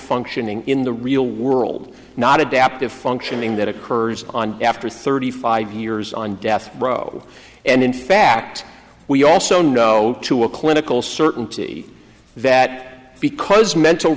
functioning in the real world not adaptive functioning that occurs on after thirty five years on death row and in fact we also know to a clinical certainty that because mental